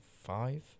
five